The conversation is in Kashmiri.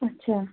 اَچھا